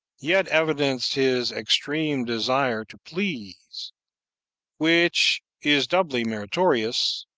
yet evidenced his extreme desire to please which is doubly meritorious,